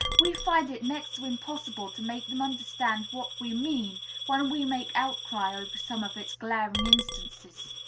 we find it next to impossible to make them understand what we mean when we make outcry over some of its glaring instances.